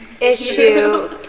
Issue